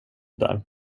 där